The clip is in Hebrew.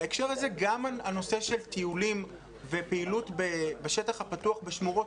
בהקשר הזה גם הנושא של טיולים ופעילות בשטח הפתוח בשמורות